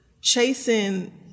chasing